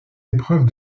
épreuves